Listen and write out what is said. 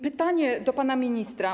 Pytanie do pana ministra.